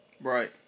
Right